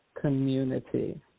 Community